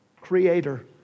creator